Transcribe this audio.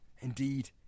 Indeed